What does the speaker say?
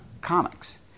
comics